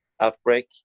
outbreak